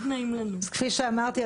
כפי שאמרתי,